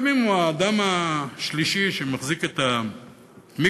גם אם הוא האדם השלישי שמחזיק את המיקרופון